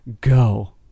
Go